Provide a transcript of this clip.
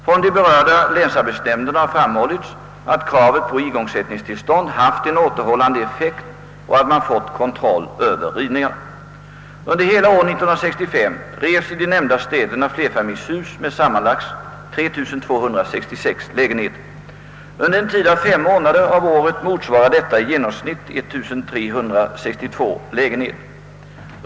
Från de berörda länsarbetsnämnderna har framhållits, att kravet på igångsättningstillstånd haft en återhållande effekt och att man fått kontroll över rivningarna. Under hela år 1965 revs i de nämnda städerna flerfamiljshus med sammanlagt 3 266 lägenheter. Under en tid av fem månader av året motsvarar detta i genomsnitt 1 362 lägenheter.